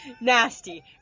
nasty